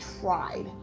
tried